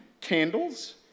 candles